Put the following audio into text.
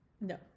No